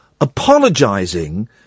apologising